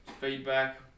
feedback